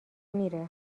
میره